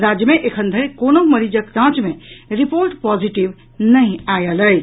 राज्य मे एखन धरि कोनहुँ मरीजक जांच मे रिपोर्ट पॉजिटिव नहि आयल अछि